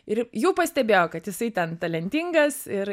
ir jau pastebėjo kad jisai ten talentingas ir